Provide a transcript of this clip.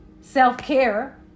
self-care